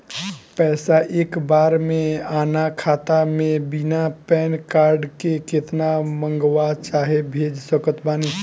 पैसा एक बार मे आना खाता मे बिना पैन कार्ड के केतना मँगवा चाहे भेज सकत बानी?